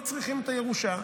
לא צריכים את הירושה,